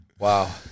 Wow